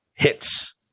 Hits